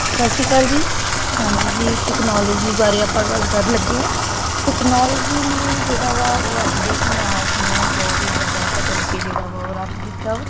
ਸਤਿ ਸ਼੍ਰੀ ਅਕਾਲ ਜੀ ਹਾਂਜੀ ਜੀ ਟੈਕਨੋਲੋਜੀ ਬਾਰੇ ਆਪਾਂ ਗੱਲ ਕਰਨ ਲੱਗੇ ਹਾਂ ਟੈਕਨੋਲਜੀ ਨੇ ਜਿਹੜਾ ਵਾ ਉਹ ਅੱਜ ਦੇ ਸਮਾਜ ਨੂੰ ਬਹੁਤ ਹੀ ਜ਼ਿਆਦਾ ਬਦਲ ਕੇ ਜਿਹੜਾ ਵਾ ਉਹ ਰੱਖ ਦਿੱਤਾ ਵਾ